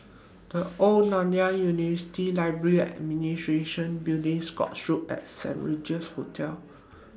The Old Nanyang University Library and Administration Building Scotts Road and Saint Regis Hotel